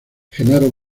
genaro